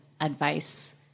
advice